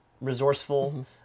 resourceful